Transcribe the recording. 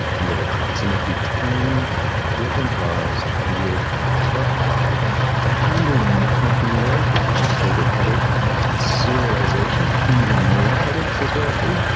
you had approximately ten different files to create per platform to handle the networking layer, which was a total headache and serialization, even more headaches as well, too.